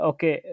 Okay